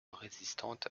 résistante